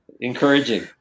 encouraging